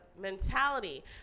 mentality